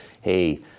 hey